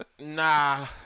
nah